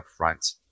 upfront